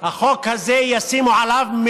החוק הזה, ישימו עליו,